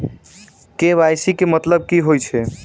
KYC केँ मतलब की होइ छै?